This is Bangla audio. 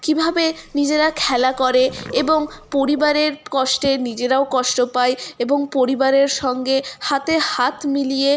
কীভাবে নিজেরা খেলা করে এবং পরিবারের কষ্টে নিজেরাও কষ্ট পায় এবং পরিবারের সঙ্গে হাতে হাত মিলিয়ে